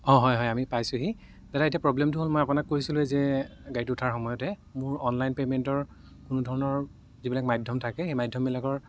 অঁ হয় হয় আমি পাইছোঁহি দাদা এতিয়া প্ৰব্লেমটো হ'ল মই আপোনাক কৈছিলোঁই যে গাড়ীত উঠাৰ সময়তে মোৰ অনলাইন পেমেণ্টৰ কোনোধৰণৰ যিবিলাক মাধ্য়ম থাকে সেই মাধ্য়মবিলাকৰ